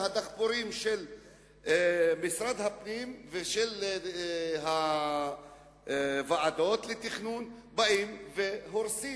והדחפורים של משרד הפנים ושל הוועדות לתכנון באים והורסים.